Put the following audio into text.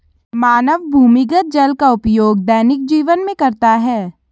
मानव भूमिगत जल का उपयोग दैनिक जीवन में करता है